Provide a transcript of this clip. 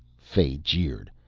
fay jeered.